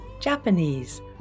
Japanese